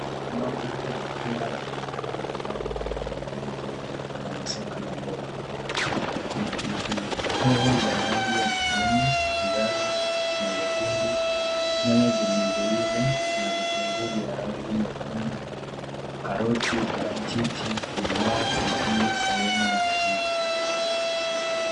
Mboga na matunda mbalimbali yamepangwa kwa mpangilio mzuri kwenye soko la mboga. Kuna pilipili hoho za rangi ya kijani, njano na nyekundu, nyanya zilizoiva na vitunguu vya rangi nyekundu, karoti, parachichi, limau, vitunguu saumu na dhania.